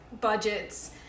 budgets